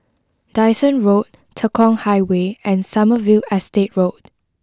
Dyson Road Tekong Highway and Sommerville Estate Road